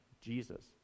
Jesus